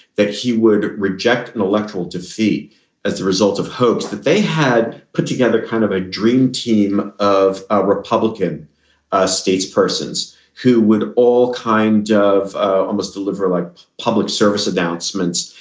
that he would reject an electoral defeat as the result of hopes that they had put together kind of a dream team of ah republican ah states, persons who would all kind ah of of almost deliver like public service announcements,